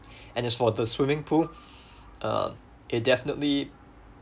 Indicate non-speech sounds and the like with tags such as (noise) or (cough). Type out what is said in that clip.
and as for the swimming pool (breath) uh it definitely